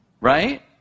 right